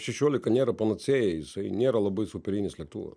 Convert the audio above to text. šešiolika nėra panacėja jisai nėra labai superinis lėktuvas